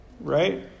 right